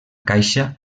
caixa